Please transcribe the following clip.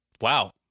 wow